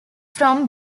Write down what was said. from